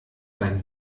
dein